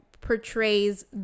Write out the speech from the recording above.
portrays